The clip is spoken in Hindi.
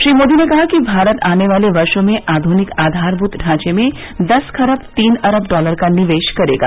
श्री मोदी ने कहा भारत आने वाले वर्षो में आधुनिक आधारभूत ढांचे में दस खरब तीन अरब डॉलर का निवेश करेगा